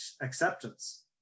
acceptance